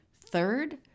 Third